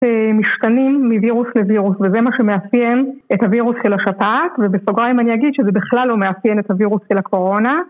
משתנים מווירוס לווירוס וזה מה שמאפיין את הווירוס של השפעת ובסוגריים אני אגיד שזה בכלל לא מאפיין את הווירוס של הקורונה